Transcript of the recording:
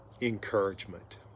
encouragement